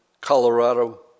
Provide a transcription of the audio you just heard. Colorado